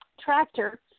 tractor